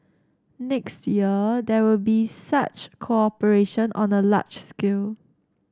next year there will be such cooperation on a large scale